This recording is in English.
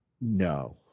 no